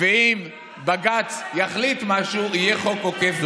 ואם בג"ץ יחליט משהו יהיה חוק עוקף בג"ץ.